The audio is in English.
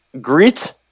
Greet